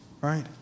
right